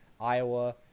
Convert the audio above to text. Iowa